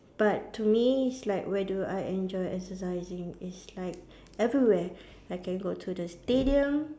but to me it's like where do I enjoy exercising it's like everywhere I can go to the stadium